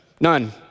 none